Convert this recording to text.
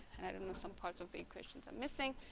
and i don't know some parts of the equations i'm missing.